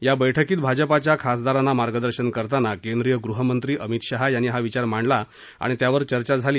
या बैठकीत भाजपाच्या खासदारांना मार्गदर्शन करताना केंद्रीय गृहमंत्री अमित शहा यांनी हा विचार मांडला आणि त्यावर चर्चा झाली